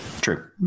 True